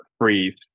freeze